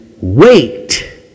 wait